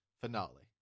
finale